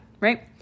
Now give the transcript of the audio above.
right